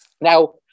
Now